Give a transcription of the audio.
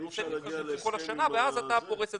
אי אפשר להגיע להסכם עם המינהל?